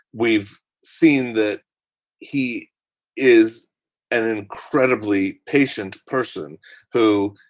we've seen that he is an incredibly patient person who,